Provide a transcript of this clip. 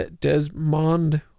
Desmond